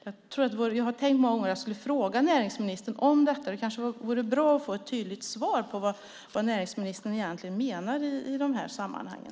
Jag har många gånger tänkt fråga näringsministern om detta. Det kanske vore bra att få ett tydligt svar på vad näringsministern egentligen menar i de här sammanhangen.